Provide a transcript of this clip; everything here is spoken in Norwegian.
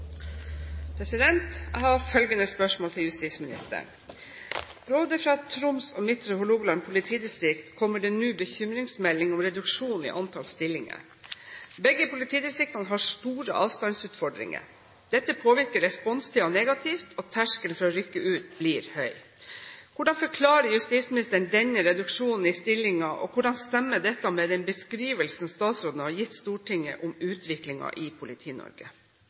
justisministeren: «Både fra Troms og Midtre Hålogaland politidistrikt kommer det nå bekymringsmeldinger om reduksjon i antall stillinger. Begge politidistriktene har store avstandsutfordringer. Dette påvirker responstiden negativt, og terskelen for å rykke ut blir høy. Hvordan forklarer statsråden denne reduksjonen i stillinger, og hvordan stemmer dette med den beskrivelsen statsråden har gitt Stortinget om utviklingen i